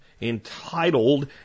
entitled